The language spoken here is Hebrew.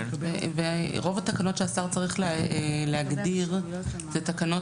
רוב התקנות שהשר צריך להגדיר זה תקנות